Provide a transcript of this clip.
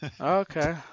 Okay